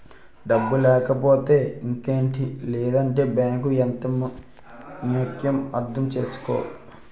డబ్బు లేకపోతే ఇంకేటి లేదంటే బాంకు ఎంత ముక్యమో అర్థం చేసుకో